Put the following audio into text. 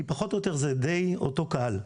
כי פחות או יותר זה די אותו קהל,